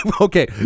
okay